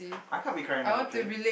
I can't be crying on the train